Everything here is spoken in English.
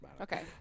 Okay